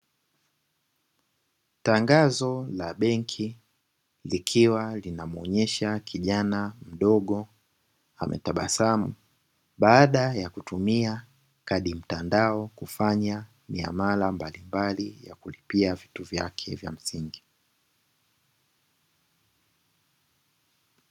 Tangazo la benki likiwa linamuonyesha kijana mdogo, ametabasamu baada ya kutumia kadi mtandao kufanya miamala mbalimbali ya kulipia vitu vyake vya msingi.